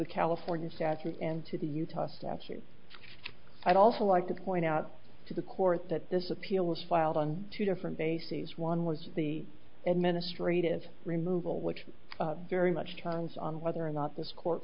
the california statute and to the utah statute i'd also like to point out to the court that this appeal was filed on two different bases one was the administrative removal which very much turns on whether or not this court